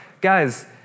guys